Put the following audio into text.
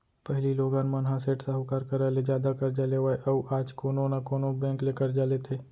पहिली लोगन मन ह सेठ साहूकार करा ले जादा करजा लेवय अउ आज कोनो न कोनो बेंक ले करजा लेथे